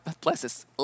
blesses